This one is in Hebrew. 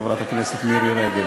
חברת הכנסת מירי רגב.